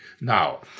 now